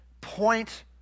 point